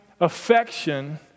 affection